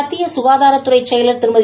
மத்திய சுகாதாரத் துறை செயலர் திருமதி